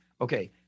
okay